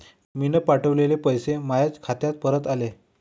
मीन पावठवलेले पैसे मायाच खात्यात परत आले